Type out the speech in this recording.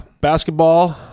Basketball